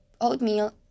oatmeal